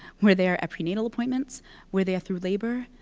we're there at prenatal appointments. we're there through labor.